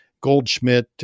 Goldschmidt